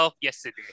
Yesterday